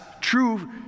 true